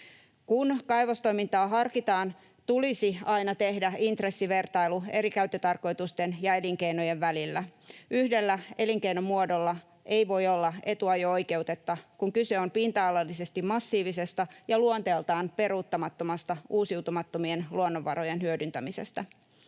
Kun kaivostoimintaa harkitaan, tulisi aina tehdä intressivertailu eri käyttötarkoitusten ja elinkeinojen välillä. Yhdellä elinkeinomuodolla ei voi olla etuajo-oikeutta, kun kyse on pinta-alallisesti massiivisesta ja luonteeltaan peruuttamattomasta uusiutumattomien luonnonvarojen hyödyntämisestä.